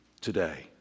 today